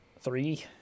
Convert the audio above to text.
Three